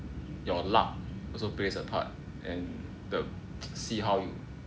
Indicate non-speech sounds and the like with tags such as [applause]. your luck also plays a part and the [noise] see how you